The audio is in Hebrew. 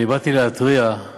אני באתי להתריע על